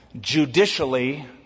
Judicially